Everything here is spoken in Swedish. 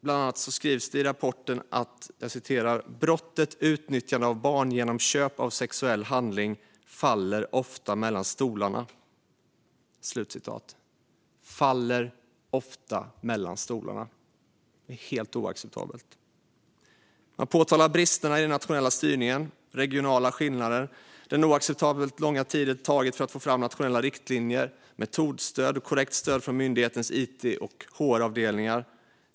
Bland annat skrivs i rapporten att brottet utnyttjande av barn genom köp av sexuell handling ofta faller mellan stolarna. Det är helt oacceptabelt. Man påtalar bristerna i den nationella styrningen, regionala skillnader, den oacceptabelt långa tid det tagit att få fram nationella riktlinjer, metodstöd och korrekt stöd från myndighetens it och HR-avdelningar.